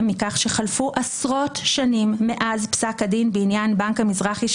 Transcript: מכך שחלפו עשרות שנים מאז פסק הדין בעניין בנק המזרחי,